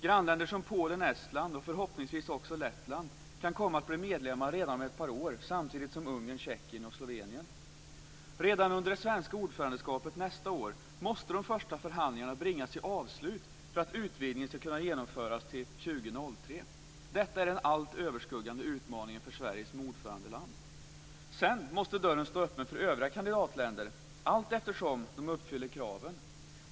Grannländer som Polen, Estland och förhoppningsvis också Lettland kan komma att bli medlemmar redan om ett par år, samtidigt som Ungern, Tjeckien och Slovenien. Redan under det svenska ordförandeskapet nästa år måste de första förhandlingarna bringas till avslut för att utvidgningen ska kunna genomföras till år 2003. Detta är den allt överskuggande utmaningen för Sverige som ordförandeland. Sedan måste dörren stå öppen för övriga kandidatländer allteftersom de uppfyller kraven.